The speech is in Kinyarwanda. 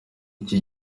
iki